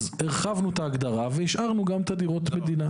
אז הרחבנו את ההגדרה והשארנו גם את דירות המדינה.